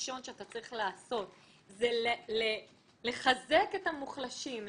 הראשון שאתה צריך לעשות זה לחזק את המוחלשים,